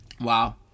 Wow